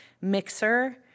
Mixer